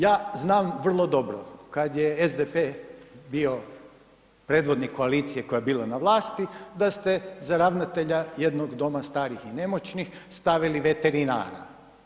Ja znam vrlo dobro kad je SDP bio predvodnik koalicije koja je bila na vlasti da ste za ravnatelja jednog doma starih i nemoćnih stavili veterinara.